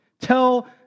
Tell